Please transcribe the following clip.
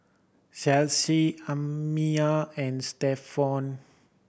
Chelsi Amiyah and Stephon